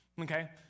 okay